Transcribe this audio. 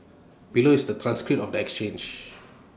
below is the transcript of exchange